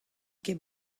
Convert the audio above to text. ket